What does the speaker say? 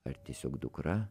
ar tiesiog dukra